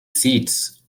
seeds